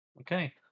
Okay